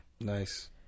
Nice